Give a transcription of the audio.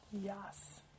yes